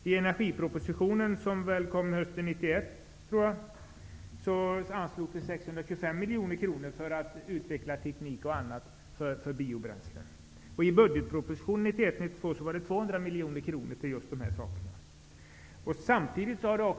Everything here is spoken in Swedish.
I energipropositionen hösten 1991, om jag minns rätt, anslogs 625 miljoner kronor bl.a. för utveckling av teknik för biobränslen. I budgetpropositionen 1991/92 anslogs 200 miljoner kronor till just sådana här åtgärder.